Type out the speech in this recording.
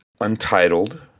Untitled